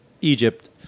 Egypt